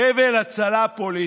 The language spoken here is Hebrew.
חבל הצלה פוליטי.